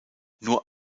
nur